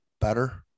better